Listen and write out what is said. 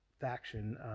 faction